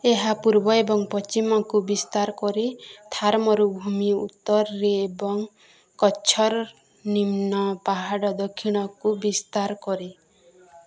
ଏହା ପୂର୍ବ ଏବଂ ପଶ୍ଚିମକୁ ବିସ୍ତାର କରି ଥର୍ ମରୁଭୂମି ଉତ୍ତରରେ ଏବଂ କଚ୍ଛର ନିମ୍ନ ପାହାଡ଼ ଦକ୍ଷିଣକୁ ବିସ୍ତାର କରେ